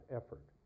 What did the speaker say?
effort